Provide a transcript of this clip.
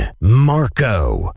Marco